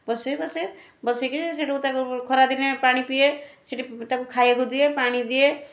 ବସେ ବସେ ବସିକି ସେଠୁ ଖରାଦିନେ ପାଣି ପିଏ ସେଇଠି ତାକୁ ଖାଇବାକୁ ଦିଏ ପାଣି ଦିଏ